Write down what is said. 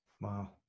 Wow